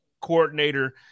coordinator